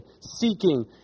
seeking